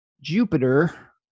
jupiter